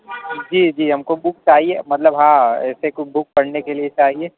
جی جی ہم کو بک چاہیے مطلب ہاں ایسے کوئی بک پڑھنے کے لیے چاہیے